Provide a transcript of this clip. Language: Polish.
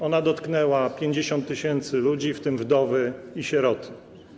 Ona dotknęła 50 tys. ludzi, w tym wdowy i sieroty.